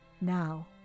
now